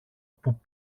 που